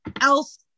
else